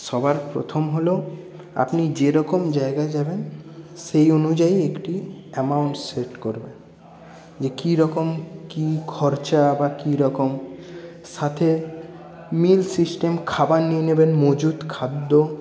সবার প্রথম হল আপনি যেরকম জায়গায় যাবেন সেই অনুযায়ী একটি অ্যামাউন্ট সেট করবেন যে কীরকম কী খরচা বা কীরকম সাথে মিল সিস্টেম খাবার নিয়ে নেবেন মজুত খাদ্য